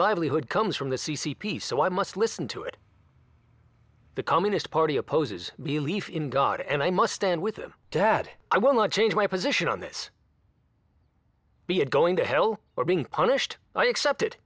livelihood comes from the c c p so i must listen to it the communist party opposes belief in god and i must stand with him dad i will not change my position on this be it going to hell or being punished i accept